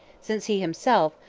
since he himself,